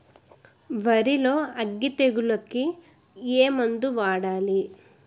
వరిలో అగ్గి తెగులకి ఏ మందు వాడాలి?